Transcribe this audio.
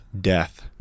death